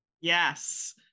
Yes